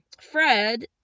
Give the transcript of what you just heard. Fred